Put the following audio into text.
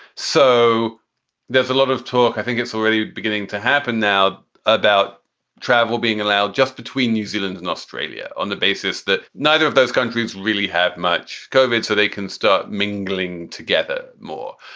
so there's a lot of talk. i think it's already beginning to happen now about travel being allowed just between new zealand and australia on the basis that neither of those countries really have much. kind of so they can start mingling together more.